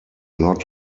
not